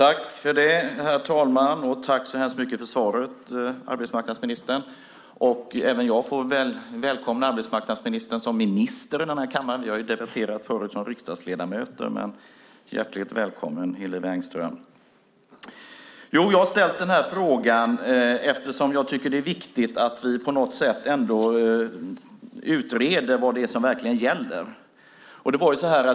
Herr talman! Tack så mycket för svaret, arbetsmarknadsministern! Även jag får välkomna Hillevi Engström som minister i denna kammare. Vi har debatterat som riksdagsledamöter förut. Hjärtligt välkommen, Hillevi Engström! Jag har ställt min fråga eftersom jag tycker att det är viktigt att vi ändå utreder vad det är som verkligen gäller.